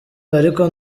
ariko